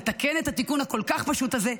לתקן את התיקון הכל-כך פשוט הזה,